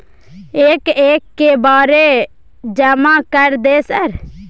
एक एक के बारे जमा कर दे सर?